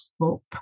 hope